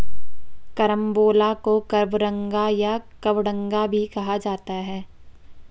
carambola को कबरंगा या कबडंगा भी कहा जाता है